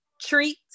treat